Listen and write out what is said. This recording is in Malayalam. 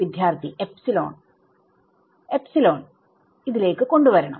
വിദ്യാർത്ഥി എപ്സിലോൺ എപ്സിലോൺ ഇതിലേക്ക് കൊണ്ട് വരണം